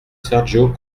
sergio